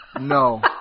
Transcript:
no